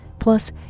Plus